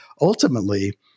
ultimately